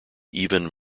even